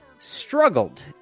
Struggled